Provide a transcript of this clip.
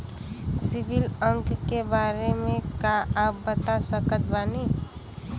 CIBIL अंक के बारे मे का आप बता सकत बानी?